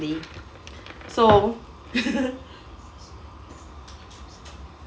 so